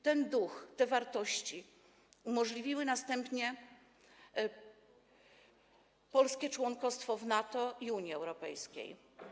Ten duch, te wartości umożliwiły następnie polskie członkostwo w NATO i Unii Europejskiej.